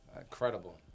Incredible